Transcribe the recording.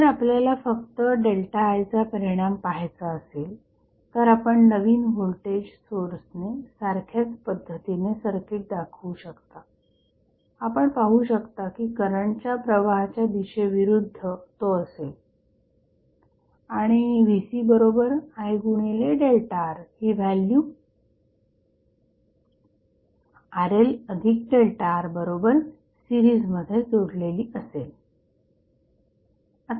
जर आपल्याला फक्त ΔI चा परिणाम पाहायचा असेल तर आपण नवीन व्होल्टेज सोर्सने सारख्याच पद्धतीने सर्किट दाखवू शकता आपण पाहू शकता की करंटच्या प्रवाहाच्या दिशेविरुद्ध तो असेल आणि VC I ही व्हॅल्यू RLΔR बरोबर सीरिजमध्ये जोडलेली असेल